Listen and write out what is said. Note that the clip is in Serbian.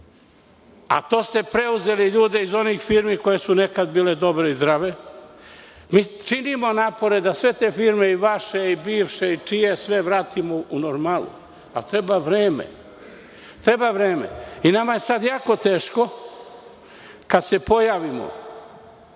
To ste preuzeli ljude iz onih firmi koje su nekad bile dobre i zdrave. Činimo napore da sve te firme, vaše i bivše i čije sve, vratimo u normalu, ali treba vreme. Nama je sada jako teško kada se pojavimo